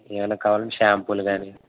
ఏమన్న కావాలా అండి షాంపూలు కానీ